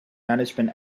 management